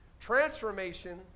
transformation